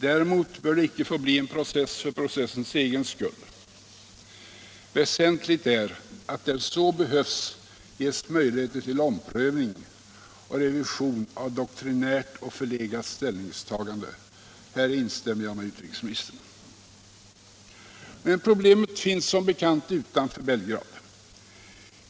Däremot bör det icke få bli en process för processens egen skull. Väsentligt är att, där så behövs, möjligheter ges till omprövning och revision av doktrinärt och förlegat ställningstagande. Här instämmer jag med utrikesministern. Men problemet finns som bekant utanför Belgrad.